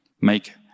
Make